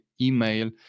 email